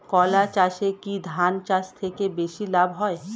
কলা চাষে কী ধান চাষের থেকে বেশী লাভ হয়?